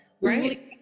Right